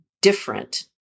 different